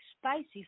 spicy